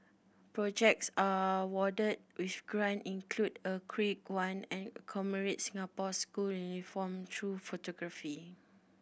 projects are awarded with grant include a quirky one and commemorates Singapore's school uniform through photography